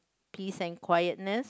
peace and quiteness